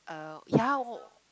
uh ya